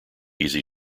easy